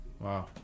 Wow